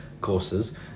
courses